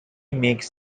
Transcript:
makes